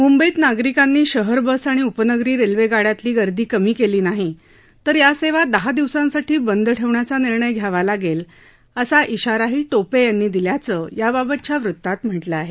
मुंबईत नागरिकांनी शहर बस आणि उपनगरी रेल्वेगाड्यांतली गर्दी कमी केली नाही तर या सेवा दहा दिवसांसाठी बंद ठेवण्याचा निर्णय घ्यावा लागेल असा इशाराही टोपे यांनी दिल्याचं याबाबतच्या वृत्तात म्हटलं आहे